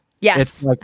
Yes